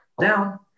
down